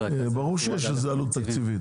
ברור שיש לזה עלות תקציבית,